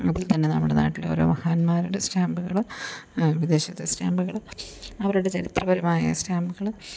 അതിൽ തന്നെ നമ്മുടെ നാട്ടിലെ ഓരോ മഹാന്മാരുടെ സ്റ്റാമ്പുകൾ വിദേശത്തെ സ്റ്റാമ്പുകൾ അവരുടെ ചരിത്രപരമായ സ്റ്റാമ്പുകൾ